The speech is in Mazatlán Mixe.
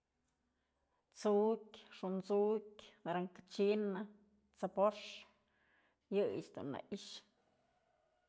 Tsu'ukyë, xu'un tsu'ukyë, naranja china, t'sebox, yëyëch dun në i'ixë.